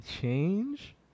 change